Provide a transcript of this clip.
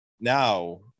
now